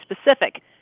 specific